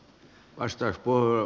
arvoisa puhemies